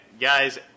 guys